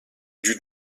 dut